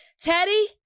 Teddy